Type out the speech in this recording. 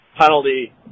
penalty